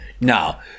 Now